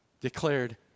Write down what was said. declared